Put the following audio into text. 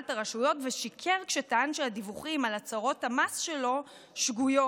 את הרשויות ושיקר כשטען שהדיווחים על הצהרות המס שלו שגויים.